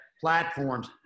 platforms